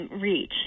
Reach